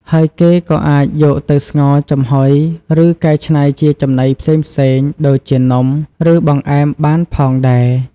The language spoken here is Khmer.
ហើយគេក៏អាចយកទៅ ស្ងោរ ចំហុយ ឬកែច្នៃជាចំណីផ្សេងៗ ដូចជានំ ឬបង្អែមបានផងដែរ។